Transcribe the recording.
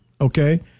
okay